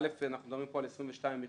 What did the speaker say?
א', אנחנו מדברים פה על 22 מכללות.